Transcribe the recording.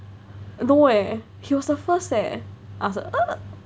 no eh he was the first eh I was like